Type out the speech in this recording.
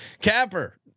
Capper